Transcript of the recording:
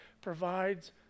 provides